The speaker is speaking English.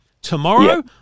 Tomorrow